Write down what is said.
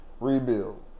Rebuild